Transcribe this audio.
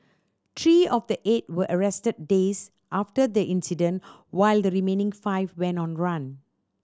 three of the eight were arrested days after the incident while the remaining five went on run